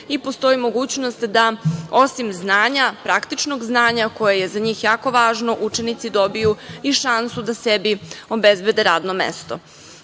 i postoji mogućnost da osim znanja, praktičnog znanja koje je za njih jako važno, učenici dobiju i šansu da sebi obezbede radno mesto. Još